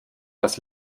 dass